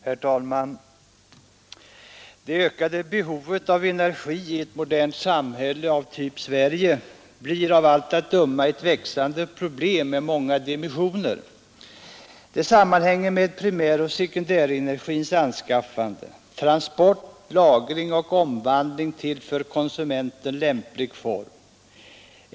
Herr talman! Det ökade behovet av energi i ett modernt samhälle av typ Sverige blir av allt att döma ett växande problem med många dimensioner. Det sammanhänger med primäroch sekundärenergins anskaffande, transport, lagring och omvandling till för konsumenten lämplig form.